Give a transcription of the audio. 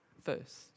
first